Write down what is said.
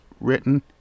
written